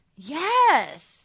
Yes